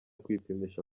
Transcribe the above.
kwipimisha